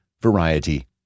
variety